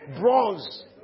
bronze